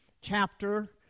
chapter